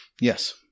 Yes